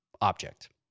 object